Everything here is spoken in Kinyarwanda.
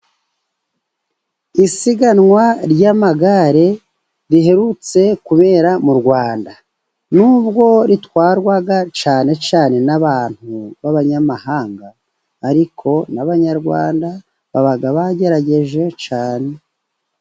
Isiganwa ry'amagare riherutse kubera mu Rwanda. Nubwo ritwarwa cyane cyane n'abantu b'abanyamahanga, ariko n'abanyarwanda baba bagerageje cyane.